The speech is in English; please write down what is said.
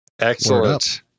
Excellent